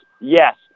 Yes